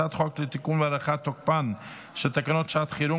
הצעת חוק לתיקון ולהארכת תוקפן של תקנות שעת חירום